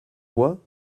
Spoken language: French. voient